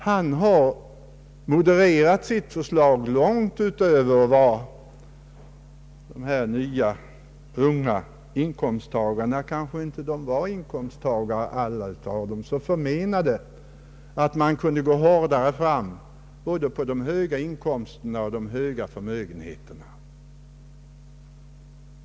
Han har modererat sitt förslag långt utöver vad de nya unga inkomsttagarna — kanske alla inte ens har hunnit bli inkomsttagare ännu — förmenat nämligen att man kunde gå hårdare fram både mot de höga inkomsterna och de stora förmögenheterna.